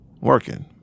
Working